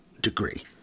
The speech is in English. degree